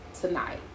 tonight